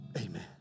Amen